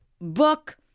book